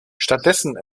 stattdessen